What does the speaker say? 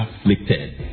afflicted